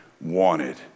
wanted